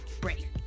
break